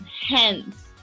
hence